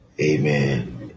Amen